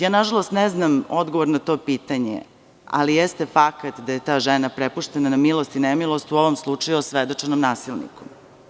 Ja, nažalost, ne znam odgovor na to pitanje, ali jeste fakat da je ta žena prepuštena na milost i nemilost u ovom slučaju osvedočenom nasilniku.